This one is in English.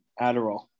Adderall